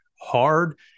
hard